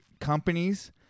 companies